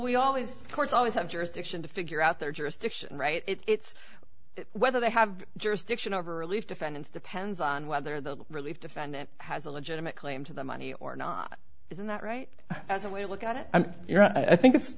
courts always have jurisdiction to figure out their jurisdiction right it's whether they have jurisdiction over relief defendants depends on whether the relief defendant has a legitimate claim to the money or not isn't that right as a way to look at it and you know i think it's